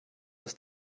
dass